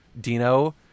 dino